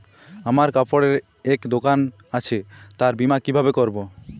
আমার কাপড়ের এক দোকান আছে তার বীমা কিভাবে করবো?